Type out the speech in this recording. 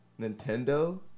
Nintendo